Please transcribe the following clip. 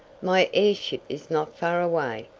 my airship is not far away.